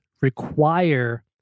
require